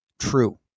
true